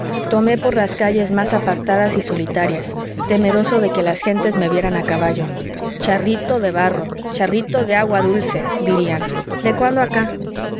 tomé por las calles más apartadas y solitarias temeroso de que las gentes me vieran a caballo charrito de barro charrito de agua dulce dirían de cuándo acá